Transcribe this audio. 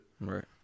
Right